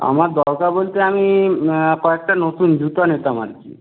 আমার দরকার বলতে আমি কয়েকটা নতুন জুতো নিতাম আর কি